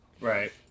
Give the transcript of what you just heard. right